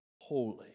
holy